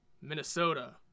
Minnesota